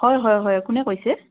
হয় হয় হয় কোনে কৈছে